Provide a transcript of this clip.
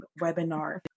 webinar